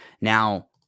Now